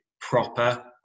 proper